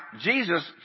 Jesus